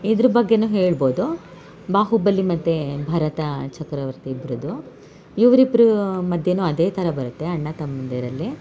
ಇದ್ರ ಬಗ್ಗೆಯೂ ಹೇಳ್ಬೋದು ಬಾಹುಬಲಿ ಮತ್ತು ಭರತ ಚಕ್ರವರ್ತಿ ಇಬ್ರದ್ದು ಇವ್ರು ಇಬ್ರ ಮಧ್ಯೆಯೂ ಅದೇ ಥರ ಬರುತ್ತೆ ಅಣ್ಣ ತಮ್ಮಂದಿರಲ್ಲಿ